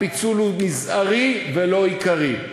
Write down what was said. הפיצול הוא מזערי ולא עיקרי,